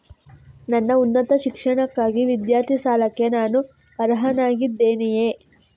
ನನ್ನ ಉನ್ನತ ಶಿಕ್ಷಣಕ್ಕಾಗಿ ವಿದ್ಯಾರ್ಥಿ ಸಾಲಕ್ಕೆ ನಾನು ಅರ್ಹನಾಗಿದ್ದೇನೆಯೇ?